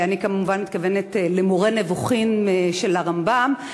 ואני כמובן מתכוונת ל"מורה נבוכים" של הרמב"ם,